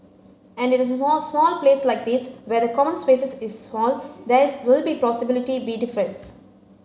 and in a small place like this where the common spaces is small there is will be possibly be difference